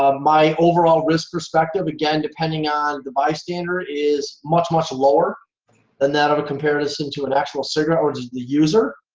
ah my overall risk perspective again depending on the bystander is much, much lower than that of a comparison to an actual cigarette or to the user,